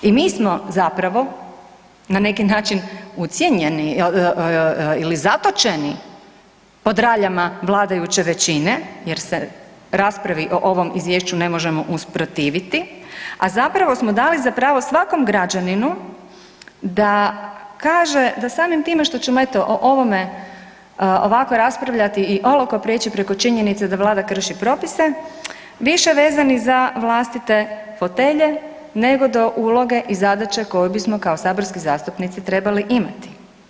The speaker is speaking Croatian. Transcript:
I mi smo zapravo na neki način ucijenjeni ili zatočeni pod raljama vladajuće većine jer se raspravi o ovom izvješću ne možemo usprotiviti, a zapravo smo dali za pravo svakom građaninu da kaže da samim time što ćemo eto o ovome ovako raspravljati i olako prijeći preko činjenice da vlada krši propise više vezani za vlastite fotelje nego do uloge i zadaće koju bismo kao saborski zastupnici trebali imati.